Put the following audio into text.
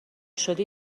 شدی